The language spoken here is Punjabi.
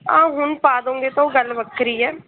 ਹਾਂ ਹੁਣ ਪਾ ਦਉਗੇ ਤਾਂ ਉਹ ਗੱਲ ਵੱਖਰੀ ਹੈ